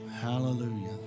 Hallelujah